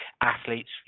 athletes